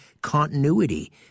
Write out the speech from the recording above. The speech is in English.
continuity